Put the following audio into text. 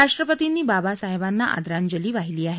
राष्ट्रपतीनी बाबासाहेबांना आदरांजली वाहिली आहे